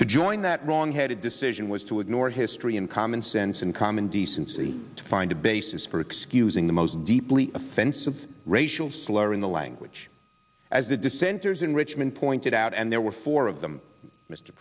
to join that wrong headed decision was to ignore history and common sense and common decency to find a basis for excusing the most deeply offensive racial slur in the language as the dissenters in richmond pointed out and there were four of them mr